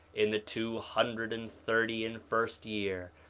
in the two hundred and thirty and first year,